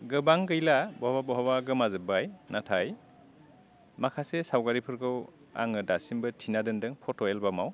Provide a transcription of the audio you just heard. गोबां गैला बहाबा बहाबा गोमाजोबबाय नाथाय माखासे सावगारिफोरखौ आङो दासिमबो थिना दोन्दों फट' एलबामाव